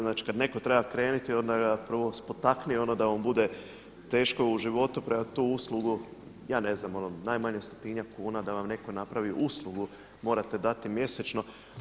Znači, kad netko treba krenuti onda ga prvo spotakni ono da mu bude teško u životu, premda ja tu uslugu ja ne znam najmanje stotinjak kuna da vam netko napravi uslugu morate dati mjesečno.